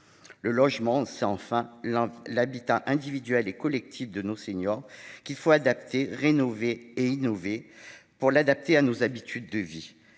Le logement, c'est, enfin, l'habitat individuel et collectif de nos seniors, qu'il faut adapter et rénover en innovant, pour le conformer à nos habitudes de vie.